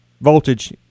voltage